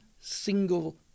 single